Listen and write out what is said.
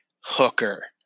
hooker